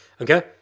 Okay